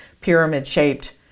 pyramid-shaped